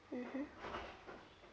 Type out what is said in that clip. mmhmm